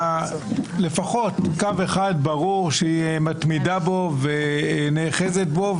לפחות קו אחד ברור שהיא מתמידה ונאחזת בו.